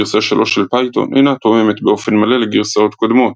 גרסה 3 של פייתון איננה תואמת באופן מלא לגרסאות קודמות..